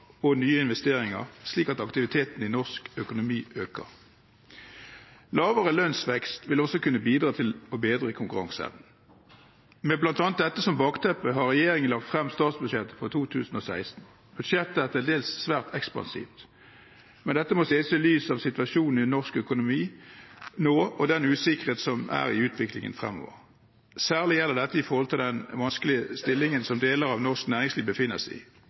og nye investeringer, slik at aktiviteten i norsk økonomi øker. Lavere lønnsvekst vil også kunne bidra til å bedre konkurranseevnen. Med bl.a. dette som bakteppe har regjeringen lagt frem statsbudsjettet for 2016. Budsjettet er til dels svært ekspansivt, men dette må ses i lys av situasjonen i norsk økonomi nå og den usikkerheten som er i utviklingen fremover. Særlig gjelder dette den vanskelige stillingen deler av norsk næringsliv befinner seg i.